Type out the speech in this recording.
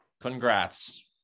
congrats